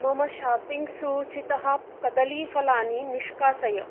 मम शापिङ्ग् सूचितः कदलीफलानि निष्कासय